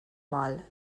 mal